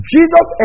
Jesus